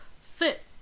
fit